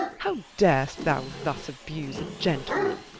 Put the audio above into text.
how dar'st thou thus abuse a gentleman?